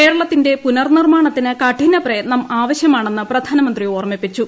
കേരളത്തിന്റെ പുനർനിർമാണത്തിന് കഠിനപ്രയത്നം ആവശ്യമാണെന്ന് പ്രധാനമന്ത്രി ഓർമിപ്പിച്ചു